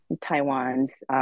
Taiwan's